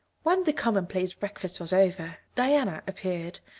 when the commonplace breakfast was over diana appeared,